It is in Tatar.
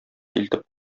илтеп